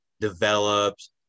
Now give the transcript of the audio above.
developed